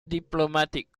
diplomatic